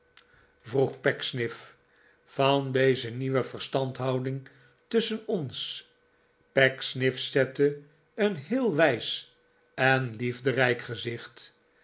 vroeg pecksniff van deze nieuwe verstandhouding tusschen ons pecksniff zette een heel wijs en liefderijk gezicht